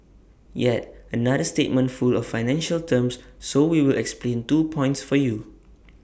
yet another statement full of financial terms so we will explain two points for you